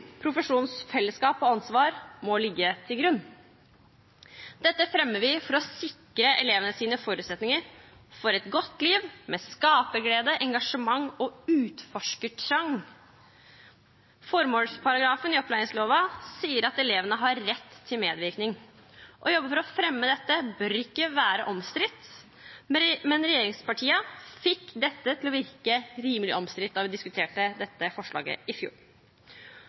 profesjonens fellesskap og ansvar Dette fremmer vi for å sikre elevenes forutsetninger for et godt liv – med skaperglede, engasjement og utforskertrang. Formålsparagrafen i opplæringsloven sier at elevene har rett til medvirkning. Å jobbe for å fremme dette bør ikke være omstridt, men regjeringspartiene fikk dette til å virke rimelig omstridt da vi diskuterte dette forslaget i fjor.